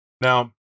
Now